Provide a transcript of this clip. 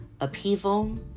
upheaval